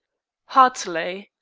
hartley,